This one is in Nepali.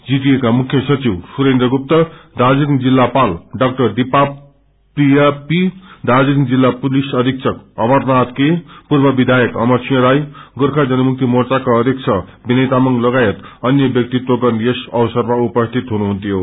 जीटिए का मुख्य सचिचव सुरेन्द्र गुप्त दार्जीलिङ जिल्लापाल डाक्टर दीपा प्रिया पी दार्जीलिङ जिल्ला पुलिस अधिक्षक अमरनाथ के पूर्व विधायक अमर सिंह राई गोर्खा जनमुक्ति मोर्चाका अध्यक्ष विनय तामंग लगायत अन्य व्याक्तित्व गण यस अवसरमा उपस्थित हुनुहुन्थ्यो